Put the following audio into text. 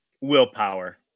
willpower